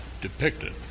depicted